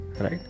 right